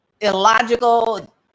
illogical